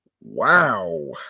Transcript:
Wow